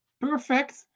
perfect